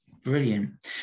brilliant